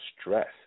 stress